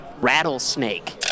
Rattlesnake